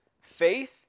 Faith